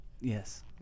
Yes